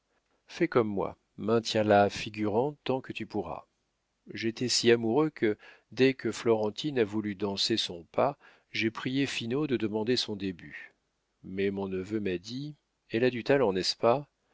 fais comme moi maintiens la figurante tant que tu pourras j'étais si amoureux que dès que florentine a voulu danser son pas j'ai prié finot de demander son début mais mon neveu m'a dit elle a du talent n'est-ce pas